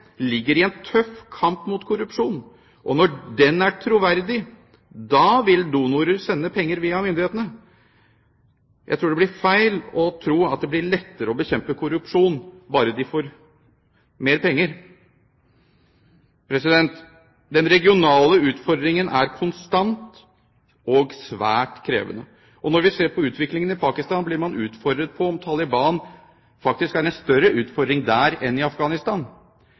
ligger i en tøff kamp mot korrupsjon. Når den er troverdig, da vil donorer sende penger via myndighetene. Jeg tror det blir feil å tro at det blir lettere å bekjempe korrupsjon bare de får mer penger. Den regionale utfordringen er konstant og svært krevende. Når vi ser på utviklingen i Pakistan, blir vi utfordret på om Taliban faktisk er en større utfordring der enn i Afghanistan.